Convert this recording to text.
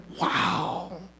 wow